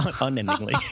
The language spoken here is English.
unendingly